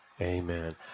Amen